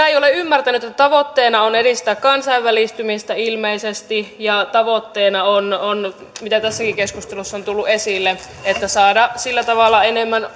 eivät ole ymmärtäneet että tavoitteena on edistää kansainvälistymistä ilmeisesti ja tavoitteena on on niin kuin tässäkin keskustelussa on tullut esille saada sillä tavalla enemmän